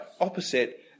opposite